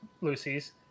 Lucy's